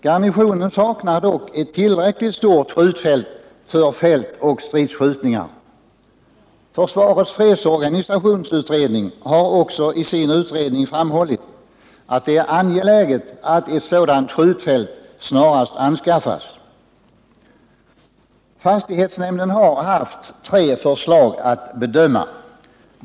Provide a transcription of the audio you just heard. Garnisonen saknar dock ett tillräckligt stort skjutfält för fältoch stridsskjutningar. FFU har också i sin utredning framhållit att det är angeläget att ett sådant skjutfält snarast anskaffas. Fastighetsnämnden har haft tre förslag att bedöma.